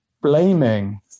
blaming